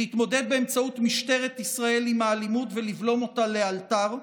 להתמודד באמצעות משטרת ישראל עם האלימות ולבלום אותה לאלתר,